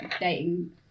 dating